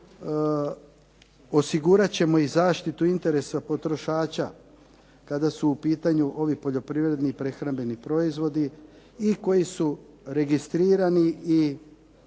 tako, osigurat ćemo i zaštitu interesa potrošača kada su u pitanju ovi poljoprivredni i prehrambeni proizvodi i koji su registrirani i